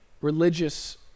religious